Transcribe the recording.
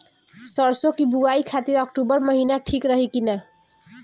सरसों की बुवाई खाती अक्टूबर महीना ठीक रही की ना?